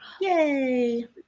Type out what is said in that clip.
Yay